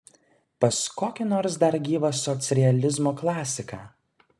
pas kokį nors dar gyvą socrealizmo klasiką